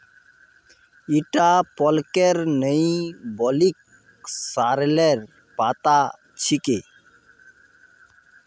ईटा पलकेर नइ बल्कि सॉरेलेर पत्ता छिके